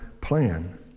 plan